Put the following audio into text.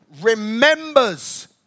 remembers